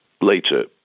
later